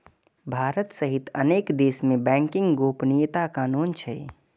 भारत सहित अनेक देश मे बैंकिंग गोपनीयता कानून छै